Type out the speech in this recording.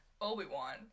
Obi-Wan